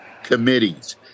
committees